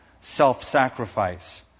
self-sacrifice